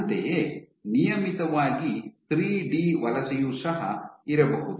ಅಂತೆಯೇ ನಿಯಮಿತವಾಗಿ ಥ್ರೀಡಿ ವಲಸೆಯು ಸಹ ಇರಬಹುದು